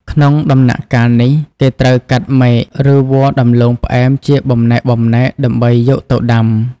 ក្នុងដំណាក់កាលនេះ គេត្រូវកាត់មែក ឬវល្លិ៍ដំឡូងផ្អែមជាបំណែកៗ ដើម្បីយកទៅដាំ។